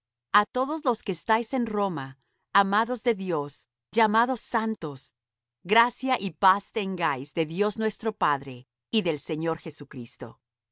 a todos los que estáis en roma amados de dios llamados santos gracia y paz tengáis de dios nuestro padre y del señor jesucristo